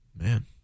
Man